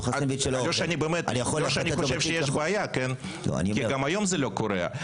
לא שאני חושב שיש בעיה כי גם היום זה לא קורה.